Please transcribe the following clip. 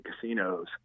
casinos